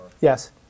Yes